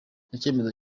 icyemezo